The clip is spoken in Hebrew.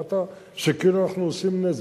אמרת שאנחנו כאילו עושים נזק.